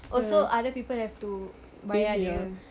oh so other people have to bayar dia